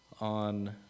on